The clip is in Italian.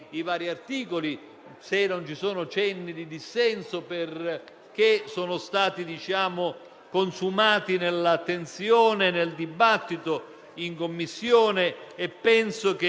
Il mio auspicio e il mio invito sono, dunque, a procedere, anche in quest'Assemblea, a sostenere nel modo più ampio e con il contributo più largo